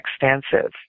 extensive